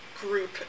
group